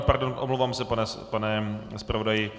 Pardon, omlouvám se, pane zpravodaji.